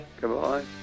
goodbye